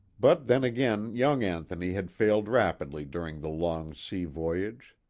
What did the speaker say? but then again young anthony had failed rapidly during the long sea voyage.